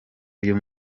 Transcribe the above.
uyu